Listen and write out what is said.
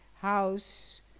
house